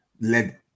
led